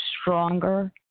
stronger